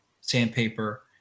sandpaper